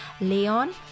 Leon